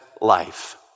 life